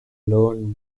lone